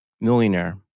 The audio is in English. Millionaire